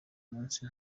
munsi